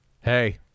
Hey